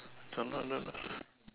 not no no